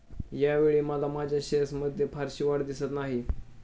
यावेळी मला माझ्या शेअर्समध्ये फारशी वाढ दिसत नाही